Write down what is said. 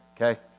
okay